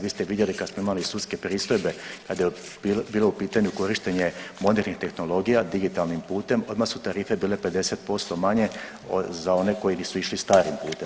Vi ste vidjeli kad smo imali sudske pristojbe kad je bilo u pitanju korištenje modernih tehnologija digitalnim putem odmah su tarife bile 50% manje za one koji nisu išli starim putem.